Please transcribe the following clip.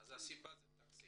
אז הסיבה היא תקציב.